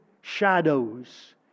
shadows